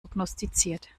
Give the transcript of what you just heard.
prognostiziert